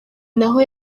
naho